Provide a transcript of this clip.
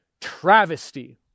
travesty